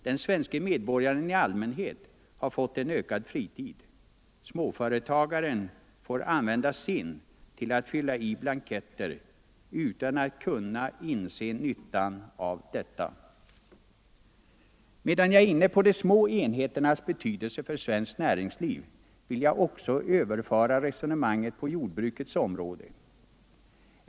Den svenske medborgaren i allmänhet har fått en ökad fritid — småföretagaren får använda sin till att fylla i blanketter, utan att kunna inse nyttan av detta. Medan jag är inne på de små enheternas betydelse för svenskt näringsliv vill jag också överföra resonemanget på jordbrukets område.